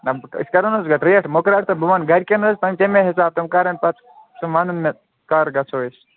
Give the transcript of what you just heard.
کم أسۍ کَرو نہٕ حظ یَتھ ریٹ مُقرَر تہٕ بہٕ وَنہٕ گَرِکٮ۪ن حظ تَمے حساب تِم کَرَن پَتہٕ تِم وَنَن مےٚ کَر گژھو أسۍ